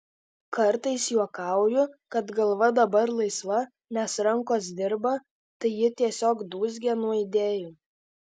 kartais juokauju kad galva dabar laisva nes rankos dirba tai ji tiesiog dūzgia nuo idėjų